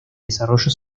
desarrollo